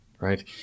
right